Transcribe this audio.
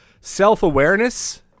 self-awareness